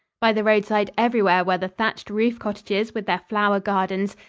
by the roadside everywhere were the thatched roof cottages with their flower gardens,